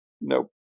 Nope